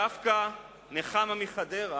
דווקא נחמה מחדרה,